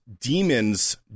demons